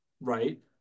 Right